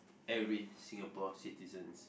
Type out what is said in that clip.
every Singapore citizens